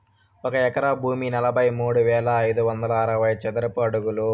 ఒక ఎకరా భూమి నలభై మూడు వేల ఐదు వందల అరవై చదరపు అడుగులు